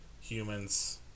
humans